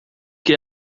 que